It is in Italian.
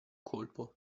colpo